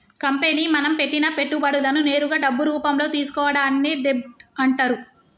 company మనం పెట్టిన పెట్టుబడులను నేరుగా డబ్బు రూపంలో తీసుకోవడాన్ని డెబ్ట్ అంటరు